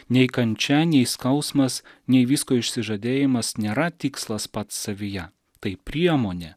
nei kančia nei skausmas nei visko išsižadėjimas nėra tikslas pats savyje tai priemonė